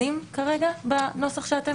בפנים בנוסח?